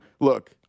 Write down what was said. look